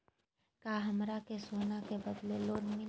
का हमरा के सोना के बदले लोन मिलि?